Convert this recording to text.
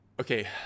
Okay